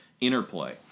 interplay